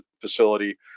facility